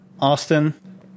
austin